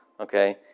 Okay